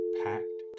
packed